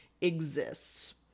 exists